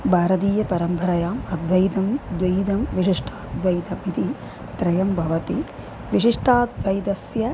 भारतीयपरम्परयाम् अद्वैतं द्वैतं विशिष्टाद्वैदम् इति त्रयं भवति विशिष्टाद्वैतस्य